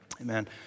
Amen